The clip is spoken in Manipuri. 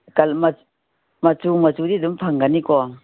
ꯃꯆꯨ ꯃꯆꯨꯗꯤ ꯑꯗꯨꯝ ꯐꯪꯒꯅꯤꯀꯣ